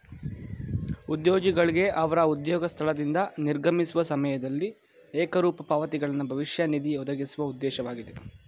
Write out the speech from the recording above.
ಉದ್ಯೋಗಿಗಳ್ಗೆ ಅವ್ರ ಉದ್ಯೋಗ ಸ್ಥಳದಿಂದ ನಿರ್ಗಮಿಸುವ ಸಮಯದಲ್ಲಿ ಏಕರೂಪ ಪಾವತಿಗಳನ್ನ ಭವಿಷ್ಯ ನಿಧಿ ಒದಗಿಸುವ ಉದ್ದೇಶವಾಗಿದೆ